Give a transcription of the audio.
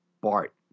Bart